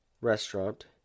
restaurant